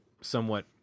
somewhat